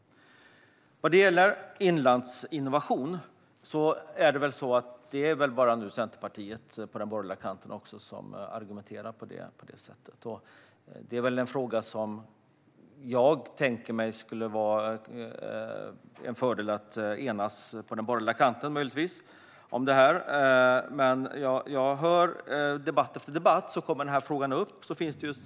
Vad gäller Inlandsinnovation är det väl bara Centerpartiet på den borgerliga kanten som argumenterar på detta sätt. Det är en fråga där jag tänker mig att det skulle vara en fördel att enas på den borgerliga kanten. I debatt efter debatt kommer denna fråga upp.